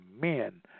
men